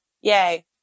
Yay